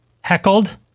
heckled